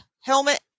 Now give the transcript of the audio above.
helmet